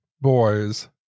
boys